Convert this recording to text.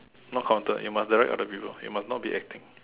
not counted you must direct people you must not be acting